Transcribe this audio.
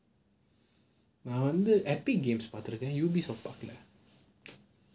no wonder Epic Games பார்த்துருக்கேன்:paqrthurukkqen Ubisoft பார்க்கல:paarkala